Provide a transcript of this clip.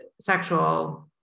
sexual